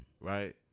right